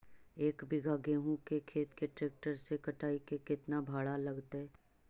एक बिघा गेहूं के खेत के ट्रैक्टर से कटाई के केतना भाड़ा लगतै?